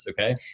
okay